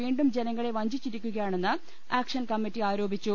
വീണ്ടും ജനങ്ങളെ വഞ്ചിച്ചിരിക്കുകയാണെന്ന് ആക്ഷൻ കമ്മിറ്റി ആരോപിച്ചു